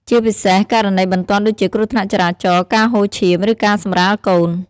ជាពិសេសករណីបន្ទាន់ដូចជាគ្រោះថ្នាក់ចរាចរណ៍ ការហូរឈាម ឬការសម្រាលកូន។